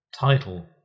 title